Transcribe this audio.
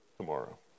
tomorrow